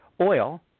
oil